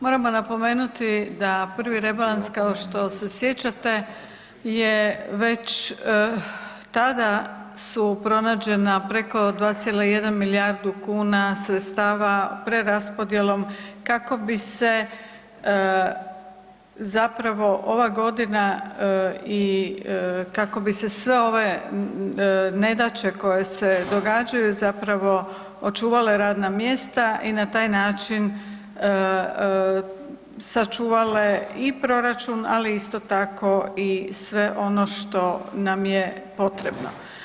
Moramo napomenuti da prvi rebalans kao što se sjećate je već tada su pronađena preko 2,1 milijardu kuna sredstava preraspodjelom kako bi se ova godina i kako bi se sve ove nedaće koje se događaju očuvale radna mjesta i na taj način sačuvale i proračun, ali isto tako i sve ono što nam je potrebno.